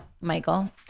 Michael